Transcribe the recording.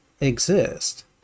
exist